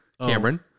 cameron